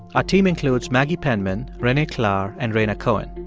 our team includes maggie penman, renee klahr and rhaina cohen.